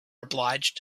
obliged